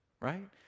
right